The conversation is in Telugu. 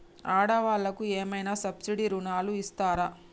ఆడ వాళ్ళకు ఏమైనా సబ్సిడీ రుణాలు ఇస్తారా?